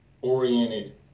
oriented